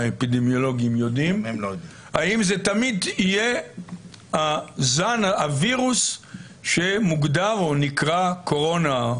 האם זה תמיד יהיה הווירוס שנקרא קורונה.